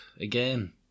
again